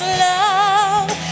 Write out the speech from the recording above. love